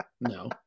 No